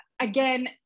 again